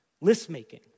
List-making